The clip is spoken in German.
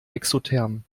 exotherm